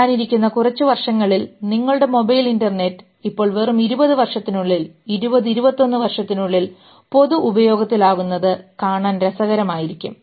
വരാനിരിക്കുന്ന കുറച്ച് വർഷങ്ങളിൽ നിങ്ങളുടെ മൊബൈൽ ഇൻറർനെറ്റ് ഇപ്പോൾ വെറും 20 വർഷത്തിനുള്ളിൽ 20 21 വർഷത്തിനുള്ളിൽ പൊതു ഉപയോഗത്തിൽ ആകുന്നത് കാണാൻ രസകരമായിരിക്കും